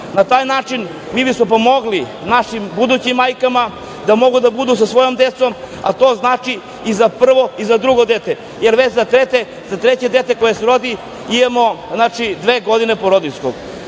Na taj način mi smo pomogli našim budućim majkama da mogu da budu sa svojom decom, a to znači i da prvo i za drugo dete, jer već za treće dete koje se rodi imamo dve godine porodiljskog. To